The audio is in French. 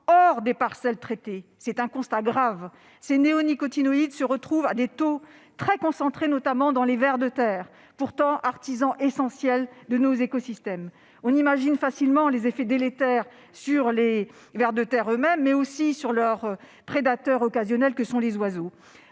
hors des parcelles traitées. C'est un constat grave. Ces néonicotinoïdes se retrouvent à des taux très élevés, notamment dans les vers de terre, pourtant artisans essentiels de nos écosystèmes. On imagine facilement les effets délétères non seulement pour ces organismes, mais encore pour leurs prédateurs occasionnels que sont les oiseaux.